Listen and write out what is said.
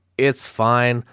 it's fine.